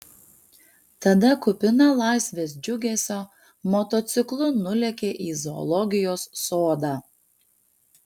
tada kupina laisvės džiugesio motociklu nulėkė į zoologijos sodą